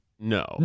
No